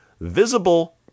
visible